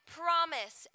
promise